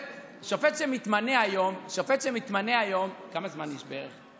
כמה זמן יש בערך?